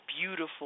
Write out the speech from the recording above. beautiful